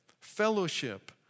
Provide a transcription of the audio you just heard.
fellowship